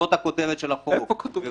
זאת הכותרת של החוק, גברתי.